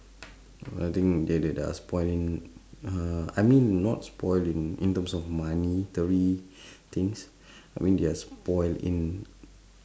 I think they they are spoilt in uh I mean not spoilt in in terms of monetary things I mean they are spoilt in